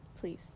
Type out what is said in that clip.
Please